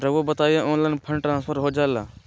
रहुआ बताइए online fund transfer हो जाला?